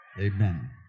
Amen